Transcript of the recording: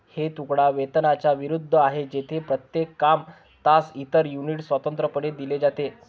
हे तुकडा वेतनाच्या विरुद्ध आहे, जेथे प्रत्येक काम, तास, इतर युनिट स्वतंत्रपणे दिले जाते